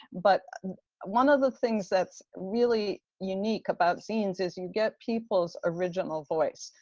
but one of the things that's really unique about zines is you get people's original voice.